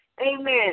amen